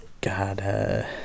God